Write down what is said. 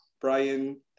Brian